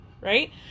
right